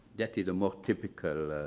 that is a more typical